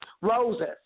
roses